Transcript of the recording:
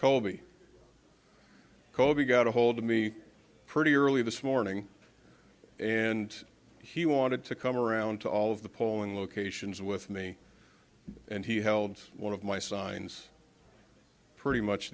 colby colby got a hold of me pretty early this morning and he wanted to come around to all of the polling locations with me and he held one of my signs pretty much